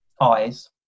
eyes